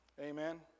Amen